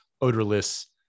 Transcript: odorless